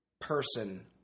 person